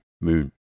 moon